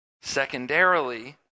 Secondarily